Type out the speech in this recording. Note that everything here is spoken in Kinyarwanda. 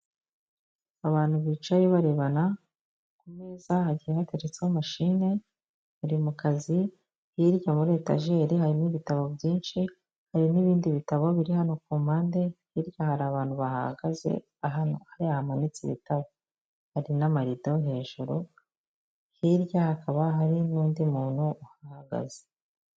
Abantu bicaye barebana, ku meza hagiye hateretseho mashine, bari mu kazi, hirya muri etajeri harimo ibitabo byinshi, hari n'ibindi bitabo biri hano ku mpande, hirya hari abantu bahahagaze, hariya hamanitse ibitabo, hari n'amarido yo hejuru, hirya hakaba hari n'undi muntu uhahagaze.